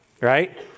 Right